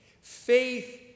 Faith